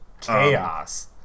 chaos